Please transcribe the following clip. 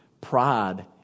pride